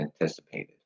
anticipated